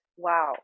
Wow